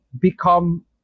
become